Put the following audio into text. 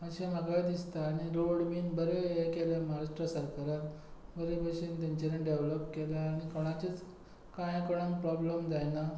अशें म्हाका दिसता आनी रोड बी बरे हे केल्या महाराष्ट्रा सरकारान बरे भशेन तांच्यांनी डेवीलोप केल्या कोणाचेंच कांय कोणाक प्रोब्लेम जायना